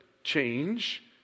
change